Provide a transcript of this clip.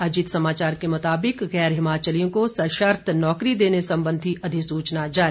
अजीत समाचार के मुताबिक गैर हिमाचलियों को सर्शत नौकरी देने संबंधी अधिसूचना जारी